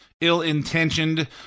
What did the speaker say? ill-intentioned